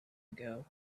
ago